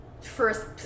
first